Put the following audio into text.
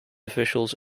officials